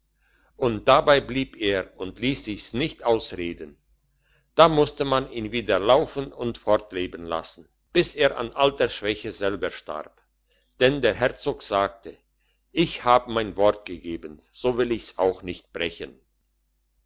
und dabei blieb er und liess sich's nicht ausreden da musste man ihn wieder laufen und fortleben lassen bis er an altersschwäche selber starb denn der herzog sagte ich habe mein wort gegeben so will ich's auch nicht brechen